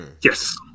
Yes